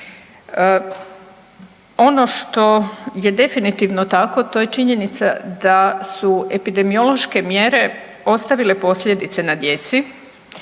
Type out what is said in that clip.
Ono što je definitivno tako to je činjenica da su epidemiološke mjere ostavile posljedice na djeci.